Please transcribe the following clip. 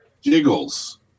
Jiggles